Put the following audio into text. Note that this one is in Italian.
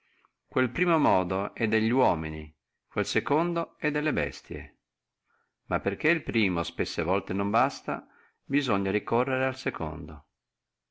quel primo è proprio dello uomo quel secondo delle bestie ma perché el primo molte volte non basta conviene ricorrere al secondo